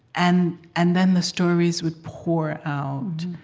and and then the stories would pour out,